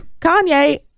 Kanye